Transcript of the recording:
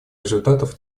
результатов